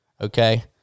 Okay